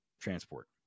transport